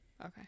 Okay